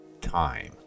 time